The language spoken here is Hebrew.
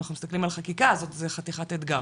אם אנחנו מסתכלים על חקיקה זה חתיכת אתגר,